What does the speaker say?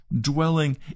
dwelling